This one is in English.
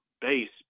base